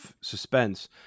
suspense